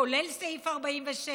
כולל סעיף 46,